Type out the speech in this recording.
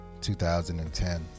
2010